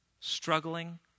Struggling